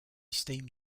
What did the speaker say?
steamed